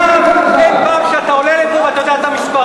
אף פעם אתה לא יודע את המספרים.